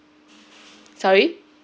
sorry